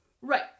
Right